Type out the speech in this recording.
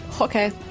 Okay